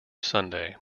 sunday